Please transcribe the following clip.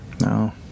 No